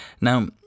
Now